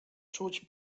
czuć